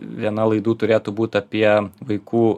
viena laidų turėtų būt apie vaikų